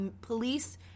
police